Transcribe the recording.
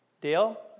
Dale